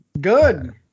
Good